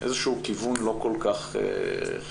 כיוון לא כל כך חיובי,